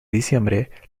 diciembre